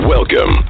Welcome